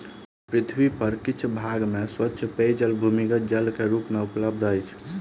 पृथ्वी पर किछ भाग में स्वच्छ पेयजल भूमिगत जल के रूप मे उपलब्ध अछि